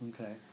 Okay